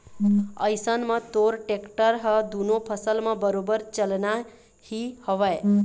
अइसन म तोर टेक्टर ह दुनों फसल म बरोबर चलना ही हवय